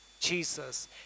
Jesus